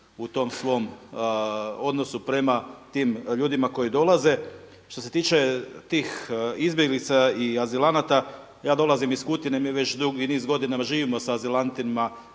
u tom svom odnosu prema tim ljudima koji dolaze. Što se tiče tih izbjeglica i azilanata ja dolazim iz Kutine, mi već dugi niz godina živimo sa azilantima